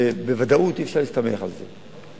ובוודאות אי-אפשר להסתמך על זה.